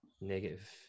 negative